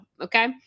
okay